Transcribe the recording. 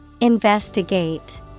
Investigate